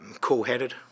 cool-headed